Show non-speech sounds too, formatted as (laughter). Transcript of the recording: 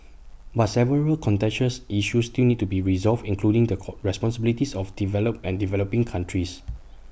but several contentious issues still need to be resolved including the core responsibilities of developed and developing countries (noise)